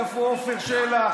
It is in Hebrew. איפה עפר שלח?